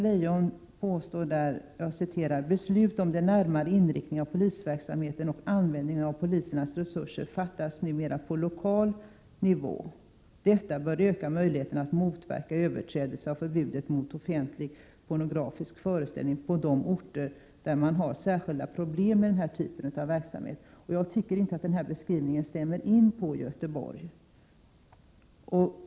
Hon uttalar där: ”Beslut om den närmare inriktningen av polisverksamheten och användningen av polisens resurser fattas numera på lokal nivå. Detta bör öka möjligheterna att motverka överträdelse av förbudet mot offentlig pornografisk föreställning på de orter där man har särskilda problem med den här typen av verksamhet.” Jag tycker inte att den beskrivningen stämmer in på Göteborg.